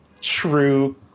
true